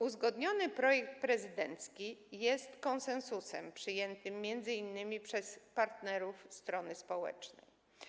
Uzgodniony projekt prezydencki jest konsensusem przyjętym m.in. przez partnerów strony społecznej.